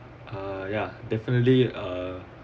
ah yeah definitely uh